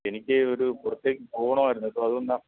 എനിക്കേ ഒരു പുറത്തേക്ക് പോകണമായിരുന്നു ഇപ്പോൾ അതുകൊണ്ടാ